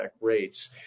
rates